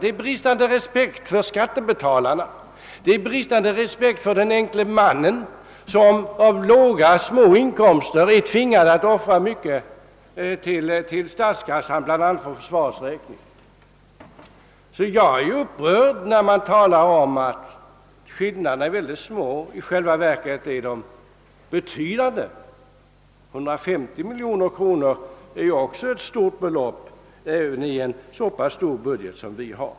Det visar bristande respekt för skattebetalarna och för den enkle mannen, som av låga inkomster är tvingad att offra mycket till statskassan bland annat för försvarets räkning. Jag blir upprörd när man talar om att skillnaderna i detta fall är mycket små. I själva verket är de betydande. 150 miljoner kronor är ett stort belopp även i en budget av den storleksordning som vi har.